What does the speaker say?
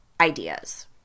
ideas